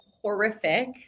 horrific